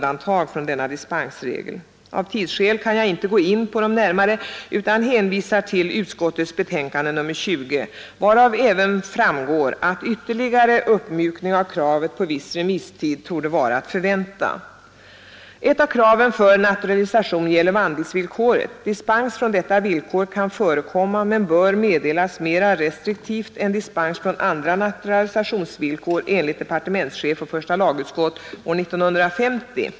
Av tidsskäl kan jag inte gå in på dem närmare utan hänvisar till utskottets betänkande nr 20, varav även framgår att ytterligare uppmjukning av kravet på viss remisstid torde vara att förvänta. Ett av kraven för naturalisation är vandelsvillkoret. Dispens från detta villkor kan förekomma men bör meddelas mera restriktivt än dispens från andra naturalisationsvillkor — enligt departementschefen och första lagutskottet år 1950.